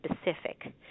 specific